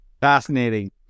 Fascinating